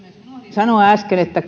sanoa äsken että